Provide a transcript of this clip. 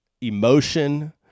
emotion